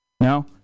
No